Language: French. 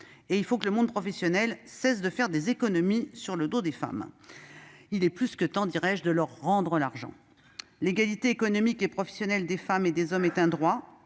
il faut que le monde professionnel cesse de faire des économies sur le dos des femmes. Il est plus que temps, dirai-je même, de leur rendre l'argent ! L'égalité économique et professionnelle des femmes et des hommes est un droit.